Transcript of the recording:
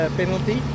penalty